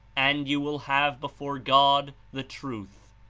and you will have before god, the truth,